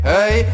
Hey